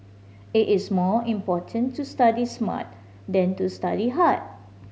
it is more important to study smart than to study hard